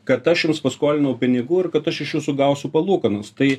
kad aš jums paskolinau pinigų ir kad aš iš jūsų gausiu palūkanas tai